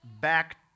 back